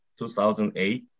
2008